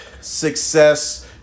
success